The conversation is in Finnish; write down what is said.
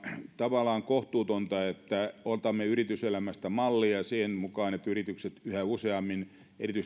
tavallaan kohtuutonta että otamme yrityselämästä mallia siinä että yritykset yhä useammin erityisesti ne